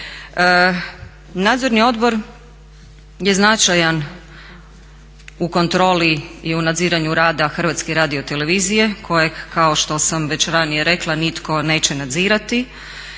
Nadzorni odbor je značajan u kontroli i u nadziranju rada Hrvatske radiotelevizije kojeg kao što sam već ranije rekla nitko neće nadzirati.